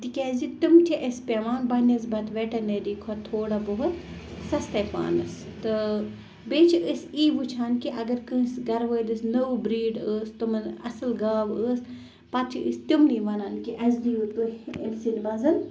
تِکیٛازِ تِم چھِ اَسہِ پیٚوان بَنِسبَت ویٚٹَنٔری کھۄتہٕ تھوڑا بہت سَستَے پانَس تہٕ بیٚیہِ چھِ أسۍ یی وٕچھان کہِ اَگر کٲنٛسہِ گَرٕ وٲلِس نٔو برٛیٖڈ ٲس تِمَن اَصٕل گاو ٲس پَتہٕ چھِ أسۍ تِمنٕے وَنان کہِ اَسہِ دِیِو تُہۍ أمۍ سٕنٛدۍ مَنٛز